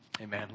Amen